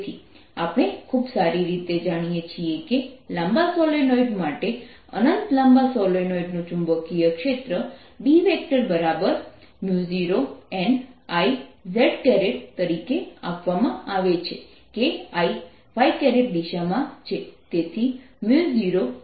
તેથી આપણે ખૂબ સારી રીતે જાણીએ છીએ કે લાંબા સોલેનોઇડ માટે અનંત લાંબા સોલેનોઇડ નુ ચુંબકીય ક્ષેત્ર B0nI z તરીકે આપવામાં આવે છે કે I દિશામાં છે તેથી 0nI z છે